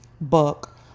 book